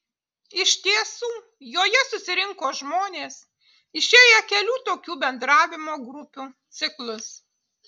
iš tiesų joje susirinko žmonės išėję kelių tokių bendravimo grupių ciklus